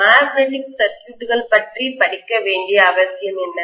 magnetic சர்க்யூட்கள் பற்றி படிக்க வேண்டிய அவசியம் என்ன